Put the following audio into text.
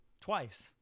Twice